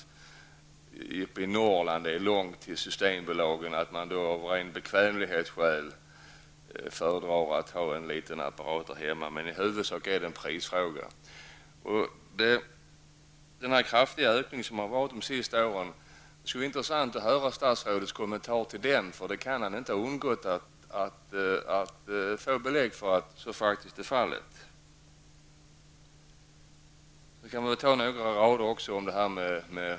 I Norrland t.ex. har människor ofta långt att färdas till Systembolaget. Därför kan det vara så, att man av bekvämlighetsskäl föredrar att ha en liten apparat där hemma. Men huvudsakligen är det här alltså en fråga om priset. Det skulle vara intressant att få höra statsrådets kommentar till den kraftiga ökningen under de senaste åren. Det kan inte ha undgått honom att få belägg för att så faktiskt är fallet.